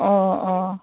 অঁ অঁ